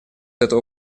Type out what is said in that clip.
этого